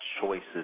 choices